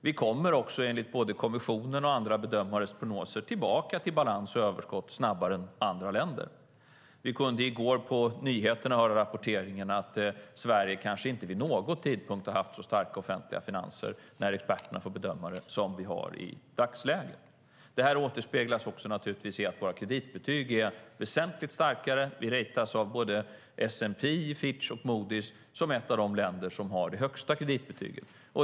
Vi kommer också enligt både kommissionens och andra bedömares prognoser tillbaka till balans och överskott snabbare än andra länder. Vi kunde i går på nyheterna höra rapporteringen att Sverige kanske inte vid någon tidpunkt har haft så starka offentliga finanser enligt experternas bedömning som i dagsläget. Detta återspeglas också i att våra kreditbetyg är väsentligt starkare. Vi "rejtas" av såväl S&P som Fitch och Moodys som ett av de länder som har det högsta kreditbetyget.